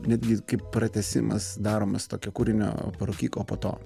netgi kaip pratęsimas daromas tokio kūrinio parūkyk o po to